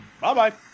Bye-bye